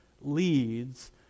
leads